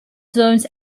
zones